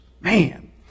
man